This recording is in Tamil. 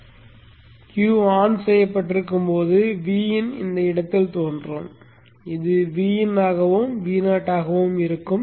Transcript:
Q ஆன் செய்யப்பட்டிருக்கும் போது V in இந்த இடத்தில் தோன்றும் இது V in ஆகவும் Vo ஆகவும் இருக்கும்